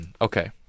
Okay